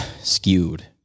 skewed